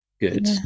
Good